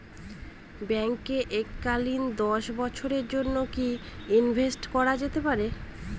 ব্যাঙ্কে এককালীন দশ বছরের জন্য কি ইনভেস্ট করা যেতে পারে?